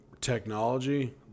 technology